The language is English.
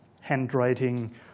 handwriting